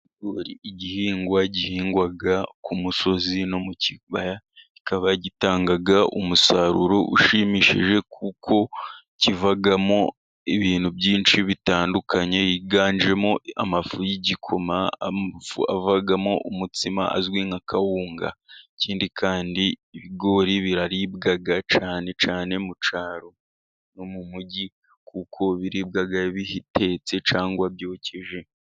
Ikigori igihingwa gihingwa ku musozi no mu kibaya. Kikaba gitanga umusaruro ushimishije kuko kivamo ibintu byinshi bitandukanye byiganjemo ifu y'igikoma, ifu ivamo umutsima uzwi nka kawunga. Ikindi kandi ibigori biraribwa cyane cyane mu cyaro, no mu mujyi kuko biribwa bitetse cyangwa byokeje.